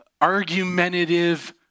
argumentative